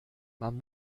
man